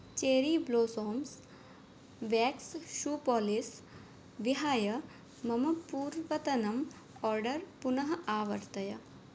cherry blossoms wax shoe polish विहाय मम पूर्वतनम् आर्डर् पुनः आवर्तय